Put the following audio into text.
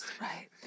right